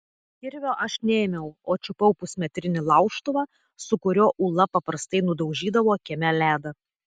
kirvio aš neėmiau o čiupau pusmetrinį laužtuvą su kuriuo ula paprastai nudaužydavo kieme ledą